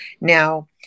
Now